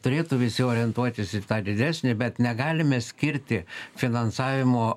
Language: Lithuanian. turėtų visi orientuotis į tą didesnį bet negalime skirti finansavimo